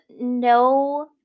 no